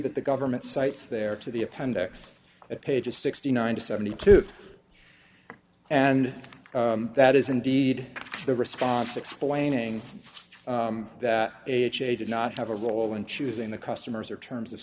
that the government sites there to the appendix of pages sixty nine to seventy two and that is indeed the response explaining that ha did not have a role in choosing the customers or terms of